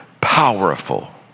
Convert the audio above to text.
powerful